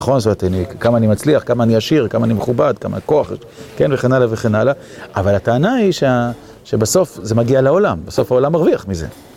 נכון זאת, כמה אני מצליח, כמה אני עשיר, כמה אני מכובד, כמה כוח, כן וכן הלאה וכן הלאה, אבל הטענה היא שבסוף זה מגיע לעולם, בסוף העולם מרוויח מזה.